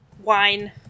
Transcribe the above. wine